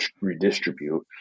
redistribute